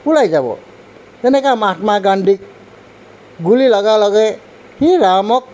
ওলাই যাব যেনেকৈ মাহাত্মা গান্ধীক গুলি লগা লগে সি ৰামক